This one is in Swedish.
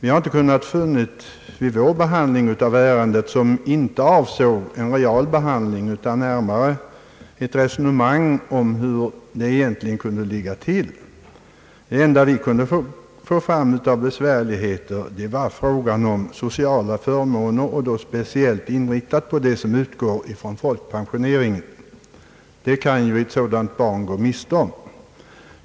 Utskottets behandling av denna del av ärendet var väl egentligen inte en realbehandling utan närmast ett resonemang om hur det egentligen kunde ligga till, men de enda besvärligheter vi kunde få fram gällde de sociala förmånerna, speciellt de bidrag som utgår från folkpensioneringen och vilka ett Ang. utlänningspolitiken, m.m. sådant barn kunde gå miste om.